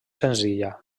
senzilla